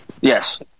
Yes